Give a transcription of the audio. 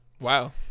Wow